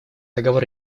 договор